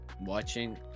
watching